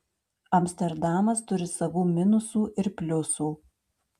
amsterdamas turi savų minusų ir pliusų